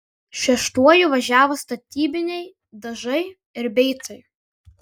šeštuoju važiavo statybiniai dažai ir beicai